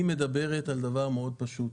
היא מדברת על דבר מאוד פשוט,